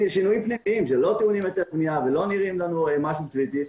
פנימיים שלא טעונים היתר ולא נראים לנו משהו קריטי,